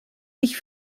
mich